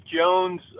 Jones